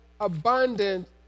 abundant